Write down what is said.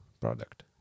product